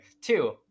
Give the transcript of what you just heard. Two